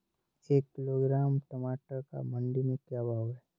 एक किलोग्राम टमाटर का मंडी में भाव क्या है?